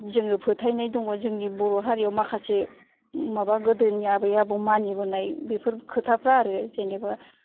जोंहा फोथायनाय दङ जोंनि बर' हारियाव माखासे माबा गोदोनि आबै आबौ मानिबोनाय बेफोर खोथाफोरा आरो जेनेबा